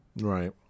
Right